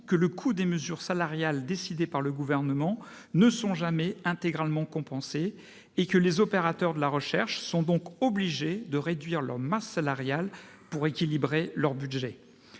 que le coût des mesures salariales décidées par le Gouvernement n'est jamais intégralement compensé et que les opérateurs de la recherche sont donc obligés de réduire leur masse salariale pour équilibrer leur budget.